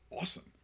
awesome